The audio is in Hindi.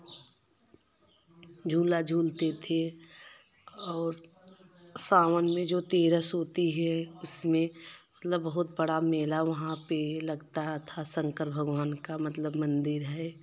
झूला झूलते थे और सावन में जो तेरस होती है उसमें मतलब बहुत बड़ा मेला वहाँ पर लगता था शंकर भगवान का मतलब मंदिर है